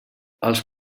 els